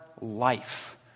life